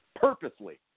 purposely